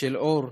ושל אור,